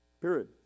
Period